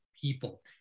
people